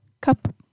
Cup